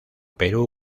perú